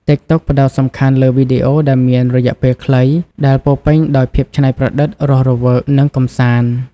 ទីកតុក ផ្តោតសំខាន់លើវីដេអូដែលមានរយៈពេលខ្លី ដែលពោរពេញដោយភាពច្នៃប្រឌិត រស់រវើក និងកម្សាន្ត។